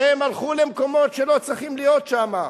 שהם הלכו למקומות שלא צריכים להיות שם.